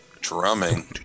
Drumming